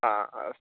ह अस्तु